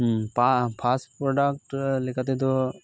ᱯᱟ fast product ᱞᱮᱠᱟ ᱛᱮᱫᱚ